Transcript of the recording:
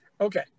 Okay